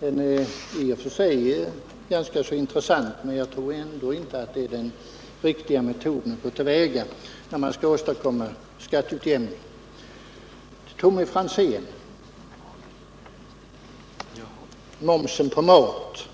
det. Det är i och för sig ganska intressant, men jag tror ändå inte att det är den riktiga metoden när man skall åstadkomma skatteutjämning. Tommy Franzén talade om momsen på mat.